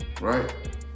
right